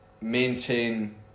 maintain